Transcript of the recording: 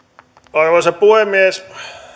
arvoisa puhemies